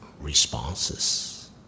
responses